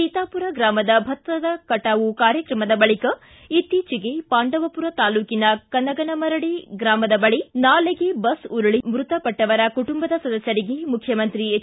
ಸೀತಾಪುರ ಗ್ರಾಮದ ಭತ್ತ ಕಟಾವು ಕಾರ್ಯಕ್ರಮದ ಬಳಿಕ ಇತ್ತೀಚೆಗೆ ಪಾಂಡವಪುರ ತಾಲ್ಲೂಕಿನ ಕನಗನಮುರಡಿ ಗ್ರಾಮದ ಬಳಿ ನಾಲೆಗೆ ಬಸ್ ಉರುಳಿ ಮೃತಪಟ್ಟವರ ಕುಟುಂಬದ ಸದಸ್ಯರಿಗೆ ಮುಖ್ಯಮಂತ್ರಿ ಹೆಚ್